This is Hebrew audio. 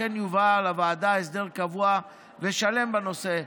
אכן יובא לוועדה הסדר קבוע ושלם בנושא.